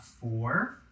four